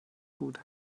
gut